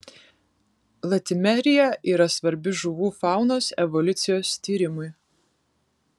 latimerija yra svarbi žuvų faunos evoliucijos tyrimui